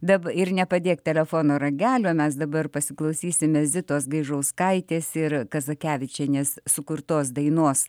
dar ir nepadėk telefono ragelio mes dabar pasiklausysime zitos gaižauskaitės ir kazakevičienės sukurtos dainos